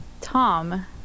Tom